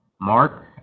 Mark